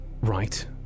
right